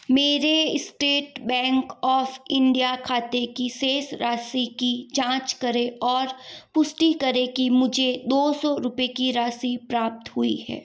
मेरे state bank of India खाते की शेष राशि की जाँच करें और पुष्टि करें कि मुझे दो सौ रुपये की राशि प्राप्त हुई है